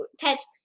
pets